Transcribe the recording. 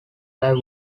live